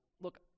Look